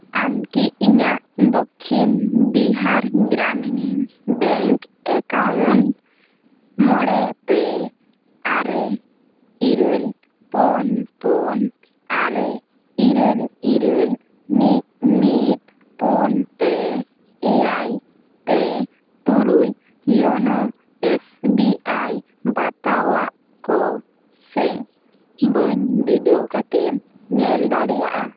ᱟᱢ ᱠᱤ ᱤᱧᱟᱜ ᱫᱚᱠᱠᱷᱤᱱ ᱵᱤᱦᱟᱨ ᱜᱨᱟᱢᱤᱱ ᱵᱮᱝᱠ ᱮᱠᱟᱣᱩᱱᱴ ᱢᱚᱬᱮ ᱯᱮ ᱟᱨᱮ ᱤᱨᱟᱹᱞ ᱯᱩᱱ ᱯᱩᱱ ᱟᱨᱮ ᱤᱨᱟᱹᱞ ᱤᱨᱟᱹᱞ ᱢᱤᱫ ᱢᱤᱫ ᱯᱩᱱ ᱯᱮ ᱮᱭᱟᱭ ᱯᱮ ᱛᱩᱨᱩᱭ ᱤᱭᱳᱱᱳ ᱮᱥ ᱵᱤ ᱟᱭ ᱵᱟᱛᱟᱣᱟᱜ ᱠᱚ ᱥᱮ ᱵᱟᱹᱧ ᱵᱤᱰᱟᱹᱣ ᱠᱟᱛᱮᱢ ᱧᱮᱞ ᱫᱟᱲᱮᱭᱟᱜᱼᱟ